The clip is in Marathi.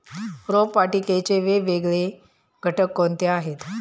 रोपवाटिकेचे वेगवेगळे घटक कोणते आहेत?